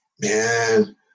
man